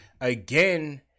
again